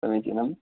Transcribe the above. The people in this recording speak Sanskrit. समीचीनं